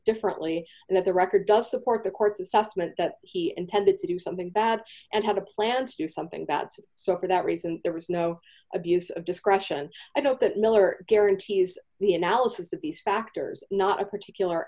differently and that the record does support the court's assessment that he intended to do something bad and have a plan to do something bad so for that reason there was no abuse of discretion i don't that miller guarantees the analysis of these factors not a particular